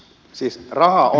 siis rahaa on